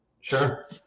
Sure